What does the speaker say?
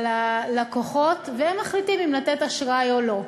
על הלקוחות, והם מחליטים אם לתת אשראי או לא.